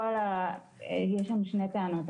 יש לנו שתי טענות.